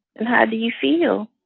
and how do you feel?